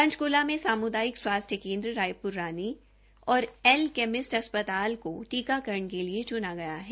पंचकूला में सामूदायिक स्वास्थ्य केन्द्र रायप्र रानी और एल कैमिस्ट अस्पताल को टीकाकरण के लिए चूना गया है